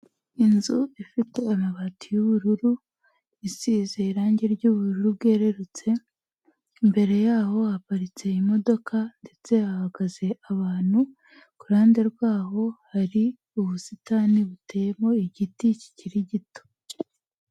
Inzu ifite amabati y'ubururu isize irange ry'ubururu bwererutse, imbere yaho haparitse imodoka ndetse hahagaze abantu, ku ruhande rwaho hari ubusitani buteyemo igiti kikiri gito.